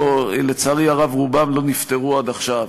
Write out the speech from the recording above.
ולצערי הרב רובם לא נפתרו עד עכשיו,